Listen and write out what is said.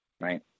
Right